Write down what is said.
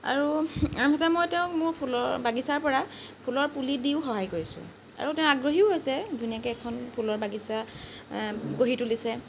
আৰু আনহাতে মই তেওঁক মোৰ ফুলৰ বাগিছাৰ পৰা ফুলৰ পুলি দিও সহায় কৰিছোঁ আৰু তেওঁ আগ্ৰহীও হৈছে ধুনীয়াকৈ এখন ফুলৰ বাগিছা গঢ়ি তুলিছে